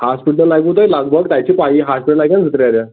hospital لگوٕ تۄہہِ لگ بھگ تَتہِ چھ پیی ہاسپِٹل لگن زٕترٛےٚ ریٚتھ